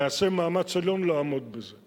נעשה מאמץ עליון לעמוד בזה,